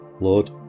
Lord